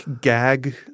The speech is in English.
gag